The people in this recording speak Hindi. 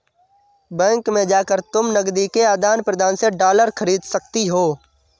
बैंक में जाकर तुम नकदी के आदान प्रदान से डॉलर खरीद सकती हो